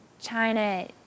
China